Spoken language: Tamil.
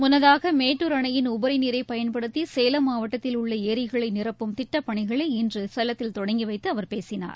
முன்னதாக மேட்டூர் அணையின் உபரி நீரர பயன்படுத்தி சேலம் மாவட்டத்தில் உள்ள ஏரிகளை நிரப்பும் திட்டப் பணிகளை இன்று சேலத்தில் தொடங்கி வைத்து அவர் பேசினார்